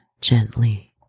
gently